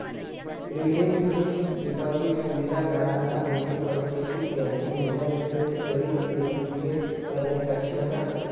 redeemed fixed deposit सुविधा ग्राहकांना कोणते परिस्थितीत त्यांची मुदत ठेव त्वरीत लिक्विडेट करणे सक्षम करते